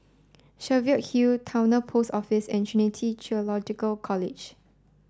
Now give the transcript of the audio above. Cheviot Hill Towner Post Office and Trinity Theological College